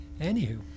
Anywho